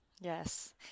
Yes